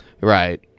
Right